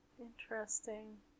Interesting